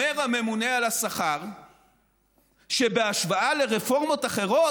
אומר הממונה על השכר שבהשוואה לרפורמות אחרות,